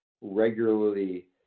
regularly